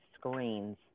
screens